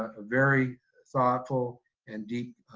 ah very thoughtful and deep